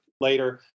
later